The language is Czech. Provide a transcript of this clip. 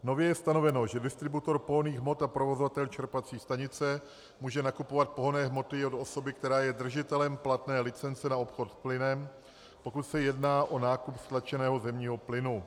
Nově je stanoveno, že distributor pohonných hmot a provozovatel čerpací stanice může nakupovat pohonné hmoty od osoby, která je držitelem platné licence na obchod s plynem, pokud se jedná o nákup stlačeného zemního plynu.